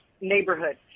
neighborhood